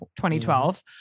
2012